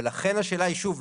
ולכן השאלה היא שוב,